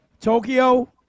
Tokyo